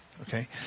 Okay